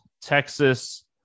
Texas